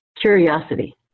curiosity